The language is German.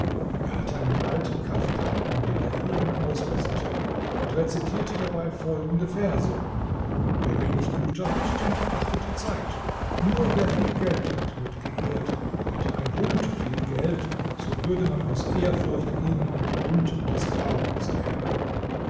er hatte einen alten kaftan an den er eben ausbesserte und rezitierte dabei folgende verse wer wenig güter hat den verachtet die zeit nur wer viel geld hat wird geehrt hätte ein hund viel geld so würde man aus ehrfurcht ihn hund des glaubens nennen